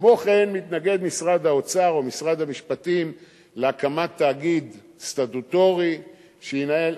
כמו כן מתנגד משרד האוצר או משרד המשפטים להקמת תאגיד סטטוטורי שינהל.